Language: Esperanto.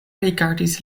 rigardis